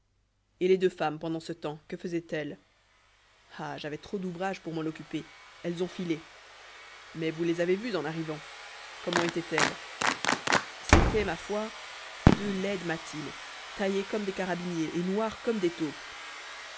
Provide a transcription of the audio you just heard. et les deux femmes pendant ce temps que faisaient elles ah j'avais trop d'ouvrage pour m'en occuper elles ont filé mais vous les avez vues en arrivant comment étaient-elles c'étaient ma foi deux laides mâtines taillées comme des carabiniers et noires comme des taupes